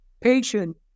patient